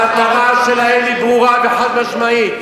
המטרה שלהם היא ברורה וחד-משמעית,